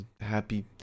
Happy